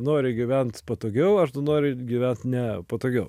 nori gyvent patogiau ar tu nori gyvent ne patogiau